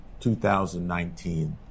2019